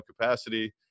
capacity